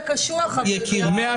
מעטים --- יקיריי,